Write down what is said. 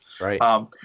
Right